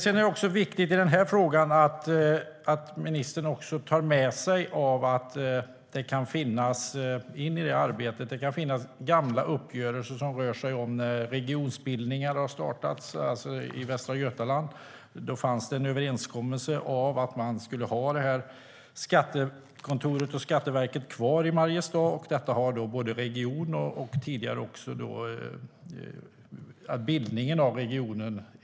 I det här arbetet är det också viktigt att ministern tar med sig att det kan finnas gamla uppgörelser, sedan regionsbildningarna startades. I Västra Götaland fanns det en överenskommelse om att skattekontoret och Skatteverket skulle vara kvar i Mariestad, och detta har anammats av regionen och tidigare vid bildningen av regionen.